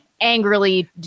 angrily